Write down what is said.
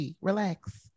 Relax